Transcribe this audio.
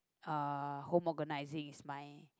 uh home organising is my